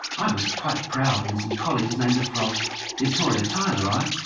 i was quite proud when some colleagues named a frog litoria tyleri,